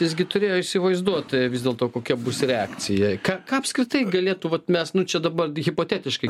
visgi turėjo įsivaizduot vis dėlto kokia bus reakcija ką ką apskritai galėtų vat mes nu čia dabar hipotetiškai